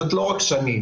זאת לא רק שני,